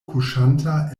kuŝanta